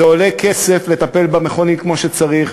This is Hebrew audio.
זה עולה כסף לטפל במכונית כמו שצריך,